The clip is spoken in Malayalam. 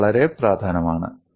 ഇത് വളരെ പ്രധാനമാണ്